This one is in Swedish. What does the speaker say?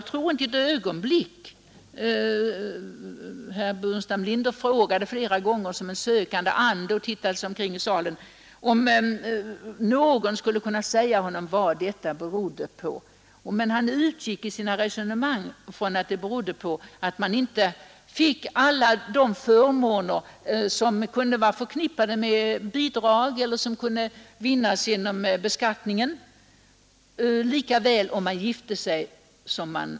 Herr Burenstam Linder frågade flera gånger som en sökande ande och tittade sig omkring i salen om någon skulle kunna säga vad detta berodde på. Men han utgick i sina resonemang från att detta berodde på att både gifta och ogifta fick del av de förmåner som var förknippade med vårt bidragsoch skattesystem.